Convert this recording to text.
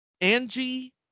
Angie